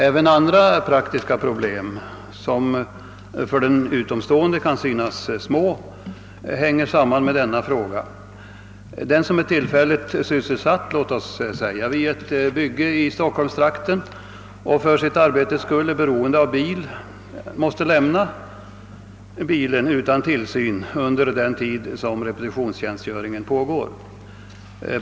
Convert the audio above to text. Även andra praktiska problem — som för den utomstående kan synas små — hänger samman med denna fråga. Den som exempelvis är tillfälligt sysselsatt vid ett bygge i stockholmstrakten och för sitt arbetes skull är beroende av bil, måste lämna den utan tillsyn under den tid repetitionstjänstgöringen pågår.